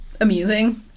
amusing